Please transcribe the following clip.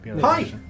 Hi